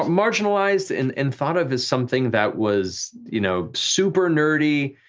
marginalized and and thought of as something that was you know super nerdy,